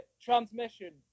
Transmission